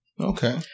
Okay